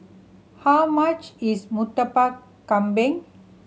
how much is Murtabak Kambing